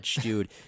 dude